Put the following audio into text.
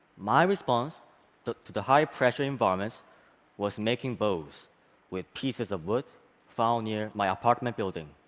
my response to to the high-pressure environment was making bows with pieces of wood found near my apartment building.